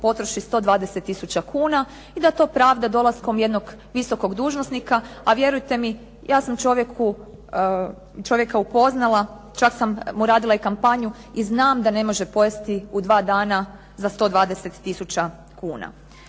potroši 120000 kuna i da to pravda dolaskom jednog visokog dužnosnika. A vjerujte mi ja sam čovjeka upoznala, čak sam mu radila i kampanju i znam da ne može pojesti u dva dana za 120000 kuna.